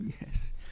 Yes